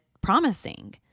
promising